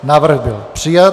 Návrh byl přijat.